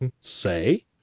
say